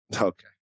Okay